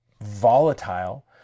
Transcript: volatile